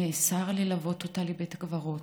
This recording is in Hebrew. נאסר ללוות אותה לבית הקברות,